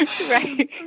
Right